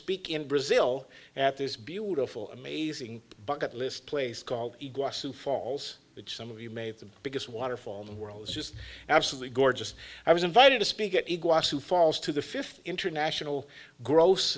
speak in brazil at this beautiful amazing bucket list place called who falls which some of you made the biggest waterfall in the world was just absolutely gorgeous i was invited to speak it falls to the fifth international gross